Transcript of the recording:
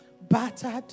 Battered